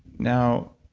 now,